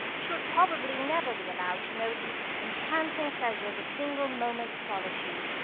she would probably never be allowed to know the entrancing pleasure of a single moment's solitude.